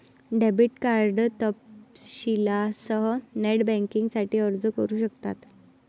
debit card तपशीलांसह net बँकिंगसाठी अर्ज करू शकतात